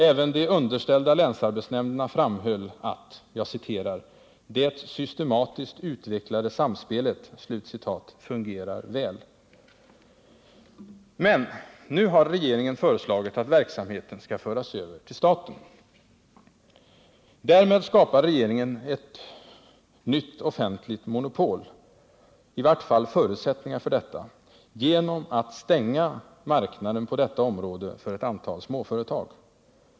Även de underställda länsarbetsnämnderna framhöll, att ”det systematiskt utvecklade samspelet” fungerar väl. Men nu har regeringen föreslagit att verksamheten skall föras över till staten. Därmed skapar regeringen ett nytt offentligt monopol, i varje fall förutsättningar för det, genom att stänga marknaden på detta område för ett antal småföretag.